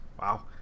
Wow